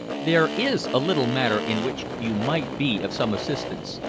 there is a little matter in which you might be of some assistance.